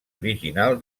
original